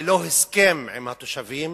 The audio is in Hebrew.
ללא הסכם עם התושבים,